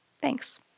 Thanks